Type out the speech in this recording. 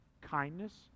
kindness